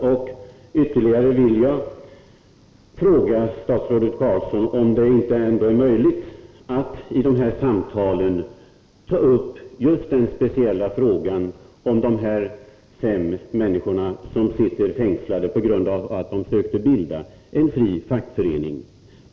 Jag vill ytterligare fråga statsrådet Ingvar Carlsson om det ändå inte är möjligt att vid dessa samtal ta upp just den speciella frågan om dessa fem människor som sitter fängslade på grund av att de försökt bilda en fri fackförening.